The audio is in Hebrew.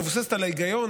מבוססת על ההיגיון,